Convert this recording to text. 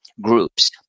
groups